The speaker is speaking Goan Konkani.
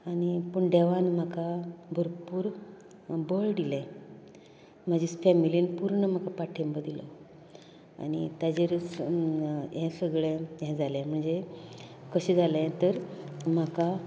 आनी पूण देवान म्हाका भरपूर बळ दिलें म्हजें फेमिलीन पुर्ण म्हाका पाठिंबो दिलो आनी ताचेर स हे सगळें हे जाले म्हणजे कशें जालें तर म्हाका